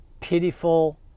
pitiful